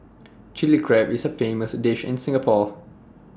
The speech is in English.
Chilli Crab is A famous dish in Singapore